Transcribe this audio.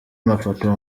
mafoto